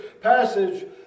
passage